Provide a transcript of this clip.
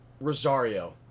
Rosario